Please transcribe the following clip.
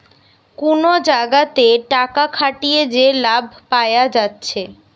কুনো জাগাতে টাকা খাটিয়ে যে লাভ পায়া যাচ্ছে